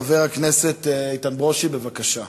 חבר הכנסת איתן ברושי, בבקשה.